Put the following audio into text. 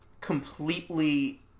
completely